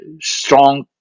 strong